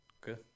Good